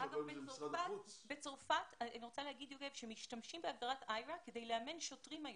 היום בצרפת משתמשים בהגדרת איירה כדי לאמן שוטרים.